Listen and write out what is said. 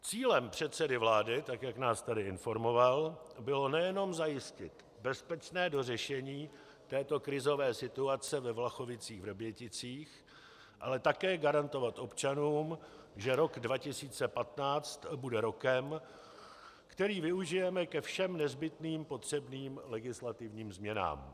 Cílem předsedy vlády, tak jak nás tady informoval, bylo nejenom zajistit bezpečné dořešení této krizové situace ve VlachovicíchVrběticích, ale také garantovat občanům, že rok 2015 bude rokem, který využijeme ke všem nezbytným potřebným legislativním změnám.